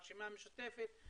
הרשימה המשותפת,